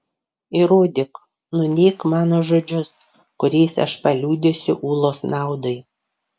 įrodyk nuneik mano žodžius kuriais aš paliudysiu ulos naudai